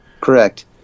Correct